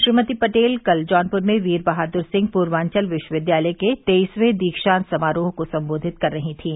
श्रीमती पटेल कल जौनप्र में वीर बहाद्र सिंह प्र्वाचल विश्वविद्यालय के तेईसवें दीक्षांत समारोह को संबोधित कर रही थीं